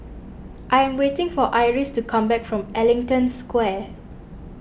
I am waiting for Iris to come back from Ellington Square